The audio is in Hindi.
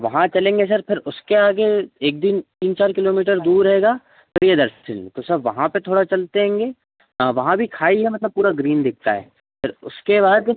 वहाँ चलेंगे सर फिर उसके आगे एक दिन तीन चार किलोमीटर दूर हैगा प्रियदर्शनी तो सर वहाँ पर थोड़ा चलते हैंगे हाँ वहाँ भी खाई है मतलब पूरा ग्रीन दिखता है फिर उसके बाद